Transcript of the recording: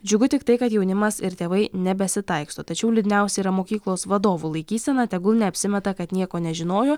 džiugu tiktai kad jaunimas ir tėvai nebesitaiksto tačiau liūdniausia yra mokyklos vadovų laikysena tegul neapsimeta kad nieko nežinojo